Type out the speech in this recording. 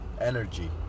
energy